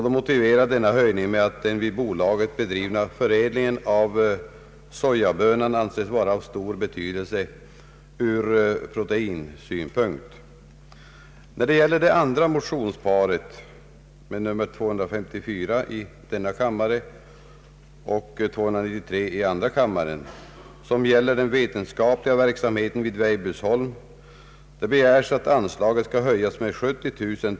De motiverar denna höjning med att den vid bolaget bedrivna förädlingen av sojabönan anses vara av stor betydelse från proteinsynpunkt.